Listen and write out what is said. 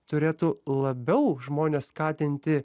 turėtų labiau žmones skatinti